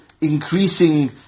increasing